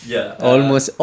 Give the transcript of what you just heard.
ya uh